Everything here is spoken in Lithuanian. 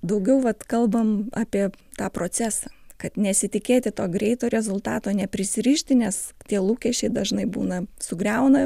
daugiau vat kalbam apie tą procesą kad nesitikėti to greito rezultato neprisirišti nes tie lūkesčiai dažnai būna sugriauna